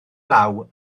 law